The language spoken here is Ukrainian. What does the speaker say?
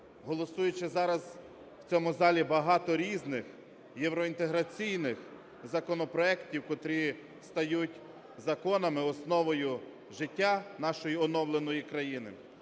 голосуючи зараз в цьому залі багато різних євроінтеграційних законопроектів, котрі стають законами, основою життя нашої оновленої країни,